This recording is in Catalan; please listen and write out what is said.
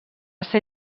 ser